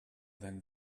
than